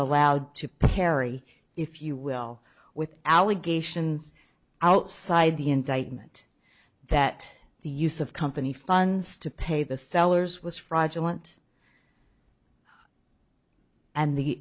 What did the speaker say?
allowed to parry if you will with allegations outside the indictment that the use of company funds to pay the sellers was fraudulent and the